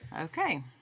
Okay